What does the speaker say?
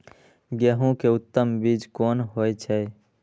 गेंहू के उत्तम बीज कोन होय छे?